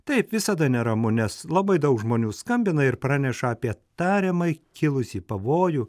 taip visada neramu nes labai daug žmonių skambina ir praneša apie tariamai kilusį pavojų